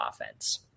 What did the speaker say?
offense